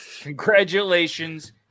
congratulations